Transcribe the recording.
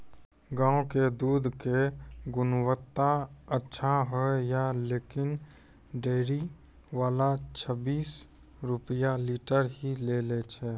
गांव के दूध के गुणवत्ता अच्छा होय या लेकिन डेयरी वाला छब्बीस रुपिया लीटर ही लेय छै?